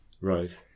Right